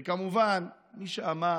וכמובן, מי שאמר